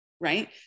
right